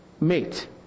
mate